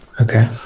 Okay